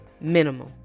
minimum